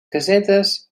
casetes